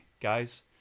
guys